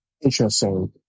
Interesting